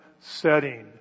setting